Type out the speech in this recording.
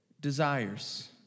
desires